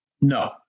no